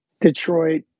Detroit